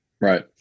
Right